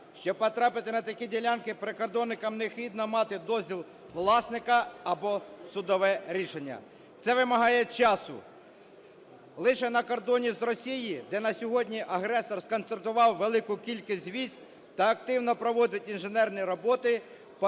Щоб потрапити на такі ділянки, прикордонникам необхідно мати дозвіл власника або судове рішення. Це вимагає часу. Лише на кордоні з Росією, де на сьогодні агресор сконцентрував велику кількість військ та активно проводить інженерні роботи,